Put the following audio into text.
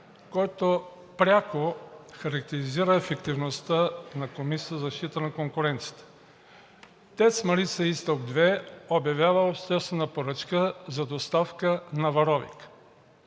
който пряко характеризира ефективността на Комисията за защита на конкуренцията. ТЕЦ „Марица изток 2“ обявява обществена поръчка за доставка на варовик.